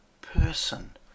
person